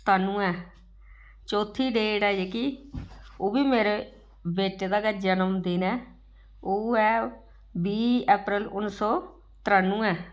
सतानुऐ चौथी डेट ऐ जेह्की ओह् बी मेरे बेटे दा गै जनम दिन ऐ ओह् ऐ बीह् अप्रैल उन्नी सौ त्रानुऐ